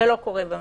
ולא קורה בממשלה.